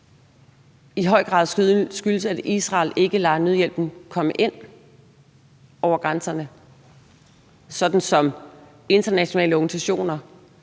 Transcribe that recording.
i høj grad skyldes, at Israel ikke lader nødhjælpen komme ind over grænserne, hvad internationale organisationer,